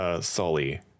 Sully